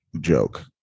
joke